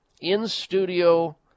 in-studio